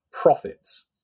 profits